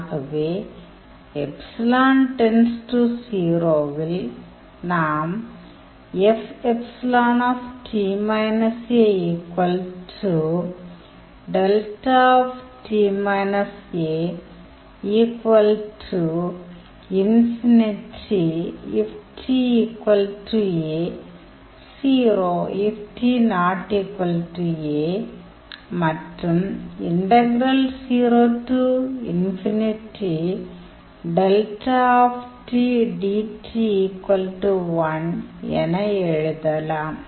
ஆகவே ϵ → 0 - வில் நாம் மற்றும் என எழுதலாம்